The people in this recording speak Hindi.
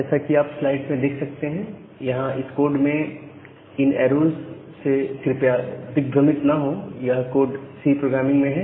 जैसा कि आप स्लाइड में देख सकते हैं यहां इस कोड में इन ऐरोज से कृपया दिग्भ्रमित ना हो यह कोड सी प्रोग्राम में है